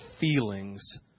feelings